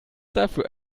dafür